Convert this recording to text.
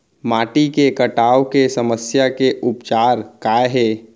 माटी के कटाव के समस्या के उपचार काय हे?